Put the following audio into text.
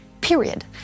period